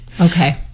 Okay